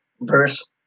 verse